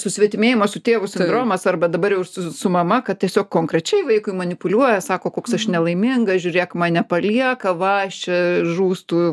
susvetimėjimo su tėvu sindromas arba dabar jau su mama kad tiesiog konkrečiai vaikui manipuliuoja sako koks aš nelaiminga žiūrėk mane palieka va aš čia žūstu